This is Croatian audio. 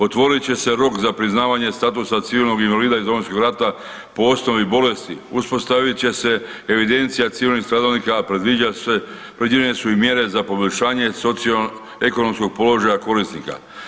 Otvorit će se rok za priznavanje statusa civilnog invalida iz Domovinskog rata po osnovi bolesti, uspostavit će se evidencija civilnih stradalnika, a predviđa se, predviđene su i mjere za poboljšanje socio-ekonomskog položaja korisnika.